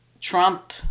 Trump